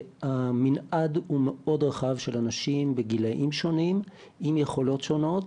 המנעד הוא מאוד רחב של אנשים בגילאים שונים עם יכולות שונות,